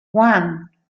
one